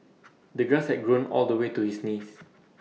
the grass had grown all the way to his knees